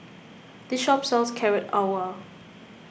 this shop sells Carrot Halwa